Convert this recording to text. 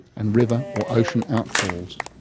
and river or ocean outfalls.